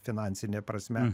finansine prasme